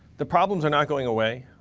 the problems are not going away.